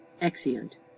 Exeunt